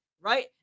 right